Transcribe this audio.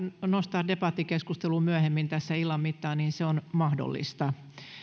nostaa debattikeskustelu myöhemmin tässä illan mittaan niin se on mahdollista